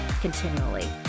continually